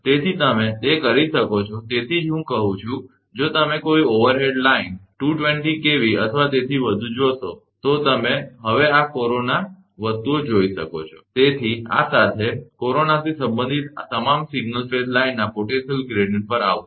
તેથી તમે તે કરી શકો છો તેથી જ હું કહું છું કે જો તમે કોઈ ઓવરહેડ લાઇન 220 કેવી અથવા તેથી વધુ જોશો તો તમે હવે આ કોરોના વસ્તુઓ જોઈ શકો છો આ સાથે કોરોનાથી સંબંધિત તમામ સિંગલ ફેઝ લાઇનના પોટેન્શિયલ ગ્રેડીયંટ પર આવશું